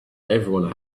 everyone